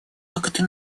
акты